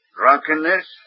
Drunkenness